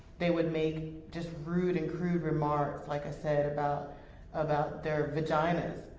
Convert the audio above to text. they would make just rude and crude remarks, like i said, about about their vaginas.